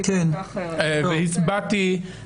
כשישבת בקואליציה דיברת אחרת.